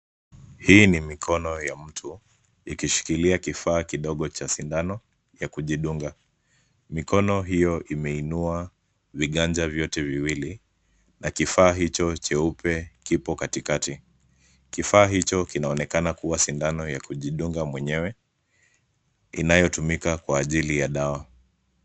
Hii ni mikono ya mtu ikishikilia kifaa kidogo cha sindano ya kujidunga. Mikono hiyo imeinua viganja vyote viwili na kifaa hicho cheupe kipo katikati. Kifaa hicho kinaonekana kuwa sindano ya kujidunga mwenyewe inayotumika kwa ajili ya dawa.